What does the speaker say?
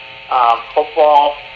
football